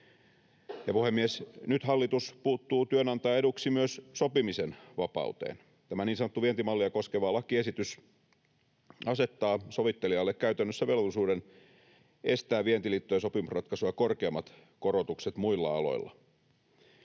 Ja, puhemies, nyt hallitus puuttuu työnantajan eduksi myös sopimisen vapauteen. Tämä niin sanottu vientimallia koskeva lakiesitys asettaa sovittelijalle käytännössä velvollisuuden estää vientiliittojen sopimusratkaisua korkeammat korotukset muilla aloilla.